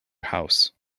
house